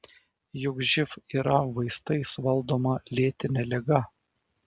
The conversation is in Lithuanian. juk živ yra vaistais valdoma lėtinė liga